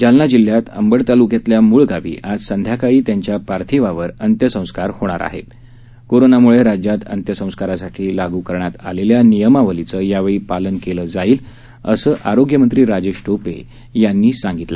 जालना जिल्ह्यात अंबड तालुक्यातल्या मूळ गावी आज संध्याकाळी त्यांच्या पार्थिवावर अंत्यसंस्कार होणार असून कोरोनाम्ळे राज्यात अंत्यसंस्कारासाठी लागू करण्यात आलेल्या नियमावलीचं यावेळी पालन केलं जाईल असं राजेश टोपे यांनी सांगितलं